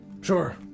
Sure